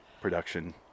production